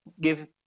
give